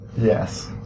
Yes